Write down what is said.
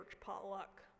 potluck